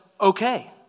Okay